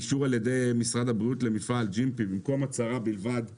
אישור על ידי משרד הבריאות למפעל --- במקום הצהרה בלבד באירופה,